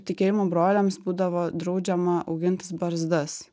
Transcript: tikėjimo broliams būdavo draudžiama augintis barzdas